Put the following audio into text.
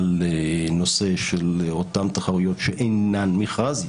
על נושא של אותן תחרויות שאינן מכרז.